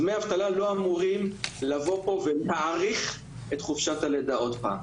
דמי אבטלה לא אמורים לבוא פה ולהאריך את חופשת הלידה עוד פעם.